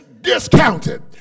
discounted